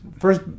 first